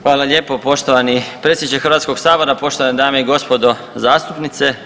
Hvala lijepo poštovani predsjedniče Hrvatskoga sabora, poštovane dame i gospodo zastupnice.